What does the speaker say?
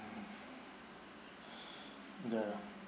the